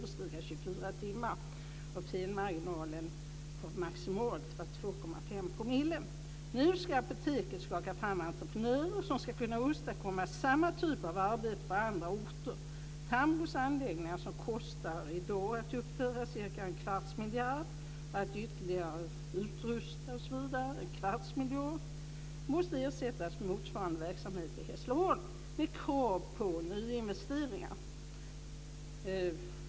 Enbart Tamros anläggningar i Malmö hanterar Nu ska apoteket skaka fram entreprenörer som ska kunna åstadkomma samma typ av arbete på andra orter. Tamros anläggningar, som i dag kostar cirka en kvarts miljard att uppföra och ytterligare en kvarts miljard att utrusta, måste ersättas av motsvarande verksamhet i Hässleholm med krav på nyinvesteringar.